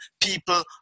people